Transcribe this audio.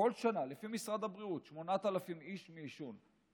כל שנה, לפי משרד הבריאות, 8,000 איש מעישון.